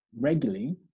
regularly